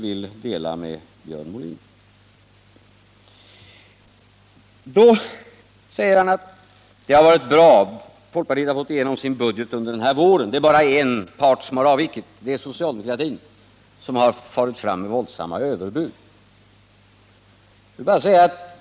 Sedan säger Björn Molin att folkpartiet har fått igenom sin budget under våren, det är bara en part som har avvikit och det är socialdemokratin, som har farit fram med våldsamma överbud.